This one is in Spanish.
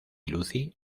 lucy